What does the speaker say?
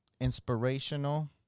inspirational